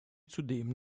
zudem